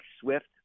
Swift